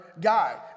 guy